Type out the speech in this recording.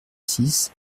six